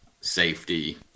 safety